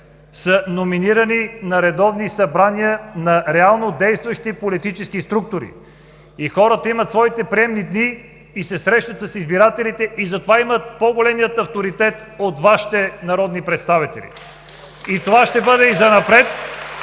са номинирани на редовни събрания на реално действащи политически структури. Хората имат своите приемни дни и се срещат с избирателите, и затова имат по-голям авторитет от Вашите народни представители. (Ръкопляскания